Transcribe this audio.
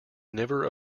never